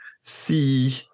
see